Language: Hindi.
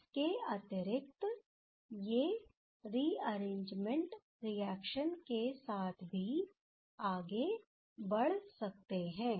इसके अतिरिक्त ये रीअरेंजमेंट रिएक्शन के साथ भी आगे बढ़ सकते हैं